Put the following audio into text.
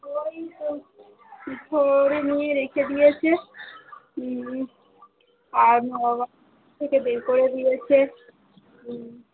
নিয়ে রেখে দিয়েছে আর থেকে বের করে দিয়েছে